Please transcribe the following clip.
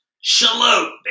Shalot